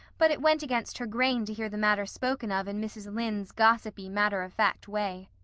but it went against her grain to hear the matter spoken of in mrs. lynde's gossipy matter-of-fact way.